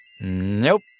Nope